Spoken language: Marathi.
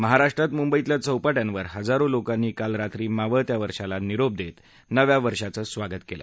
महाराष्ट्रात मुंबईतल्या चौपाटयांवर हजारो लोकांनी काल रात्री मावळत्या वर्षाला निरोप देत नव्या वर्षाचं स्वागत केलं